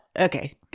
okay